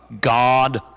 God